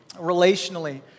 Relationally